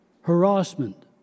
harassment